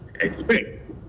expect